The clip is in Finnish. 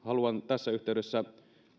haluan tässä yhteydessä